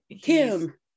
kim